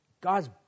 God's